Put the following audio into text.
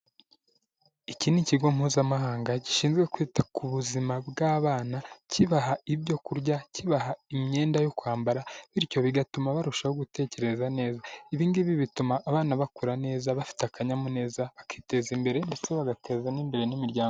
Iki ni ikigo mpuzamahanga gishinzwe kwita ku buzima bw'abana, kibaha ibyo kurya, kibaha imyenda yo kwambara, bityo bigatuma barushaho gutekereza neza. Ibi ngibi bituma abana bakura neza, bafite akanyamuneza bakiteza imbere ndetse bagateza n'imbere n'imiryango.